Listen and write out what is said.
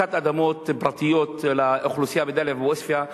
קצת אדמות פרטיות לאוכלוסייה בדאליה ועוספיא,